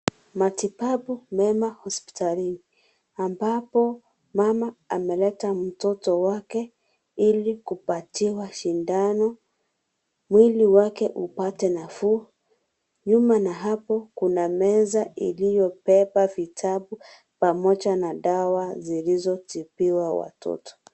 Matibabu mema hospitalini ambapo mama ameleta mtoto wake ili kupatiwa shindano mwili wake upate nafuu. Nyuma na hapo kuna meza iliyobeba vitabu pamoja na dawa zilizotibiwa watoto.